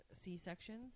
c-sections